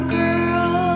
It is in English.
girl